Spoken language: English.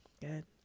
Good